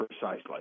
Precisely